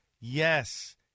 Yes